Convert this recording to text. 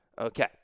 Okay